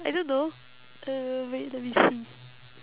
I don't know uh wait let me see